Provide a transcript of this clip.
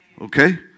Okay